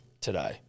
today